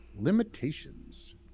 limitations